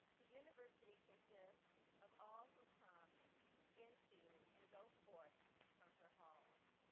the university consist of all who come into and go forth from her halls,